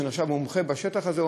שנחשב מומחה בשטח הזה,